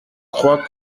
crois